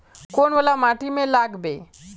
कौन वाला माटी में लागबे?